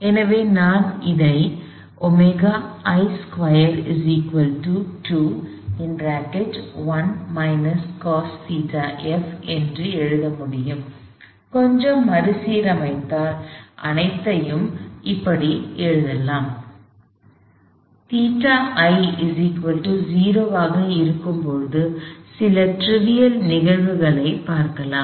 எனவே இதை நான் என்று எழுத முடியும் கொஞ்சம் மறுசீரமைத்தால் அனைத்தையும் கீழ்கண்டவாறு எழுதலாம் எனவே ϴi 0 ஆக இருக்கும் போது சில ட்ரிவியல் நிகழ்வுகளைப் பார்க்கலாம்